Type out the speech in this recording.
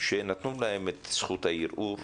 שנתנו להם את זכות הערעור.